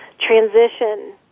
transition